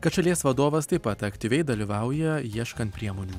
kad šalies vadovas taip pat aktyviai dalyvauja ieškant priemonių